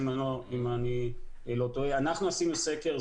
אנחנו עשינו סקר,